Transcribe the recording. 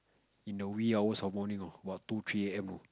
in the we hours of morning you know about two three a_m